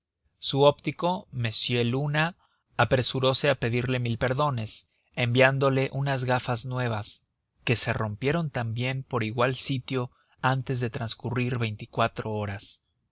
su óptico m luna apresurose a pedirle mil perdones enviándole unas gafas nuevas que se rompieron también por igual sitio antes de transcurrir veinticuatro horas